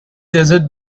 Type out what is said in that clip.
desert